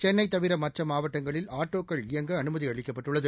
சென்னை தவிர மற்ற மாவட்டங்களில் ஆட்டோக்கள் இயங்க அனுமதி அளிக்கப்பட்டுள்ளது